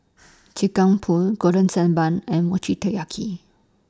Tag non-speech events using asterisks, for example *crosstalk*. *noise* *unintelligible* Pool Golden Sand Bun and Mochi Taiyaki